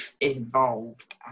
involved